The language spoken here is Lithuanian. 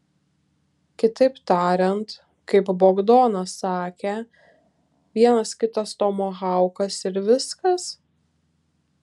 kitaip tariant kaip bogdanas sakė vienas kitas tomahaukas ir viskas